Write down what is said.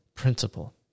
Principle